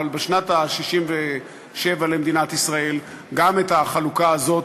אבל בשנת ה-67 למדינת ישראל גם את החלוקה הזאת,